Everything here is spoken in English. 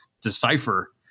decipher